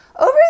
Over